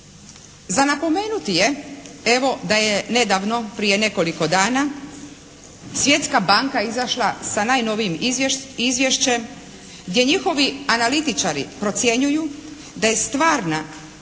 Za napomenuti je evo da je nedavno prije nekoliko dana Svjetska banka izašla sa najnovijim izvješćem gdje njihovi analitičari procjenjuju da je stvarna,